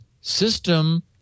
system